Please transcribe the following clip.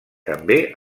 també